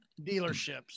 dealerships